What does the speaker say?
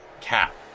Cap